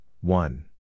one